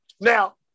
now